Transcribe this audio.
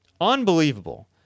Unbelievable